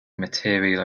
material